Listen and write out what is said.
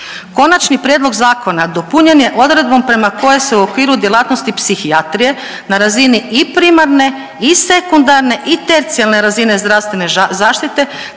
Konačni prijedlog zakona dopunjen je odredbom prema kojoj se u okviru djelatnosti psihijatrije na razini i primarne i sekundarne i tercijalne razine zdravstvene zaštite